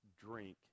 drink